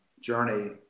journey